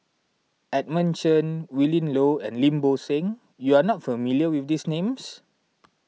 Edmund Chen Willin Low and Lim Bo Seng you are not familiar with these names